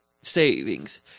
savings